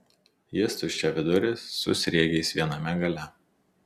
jis tuščiaviduris su sriegiais viename gale